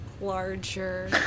larger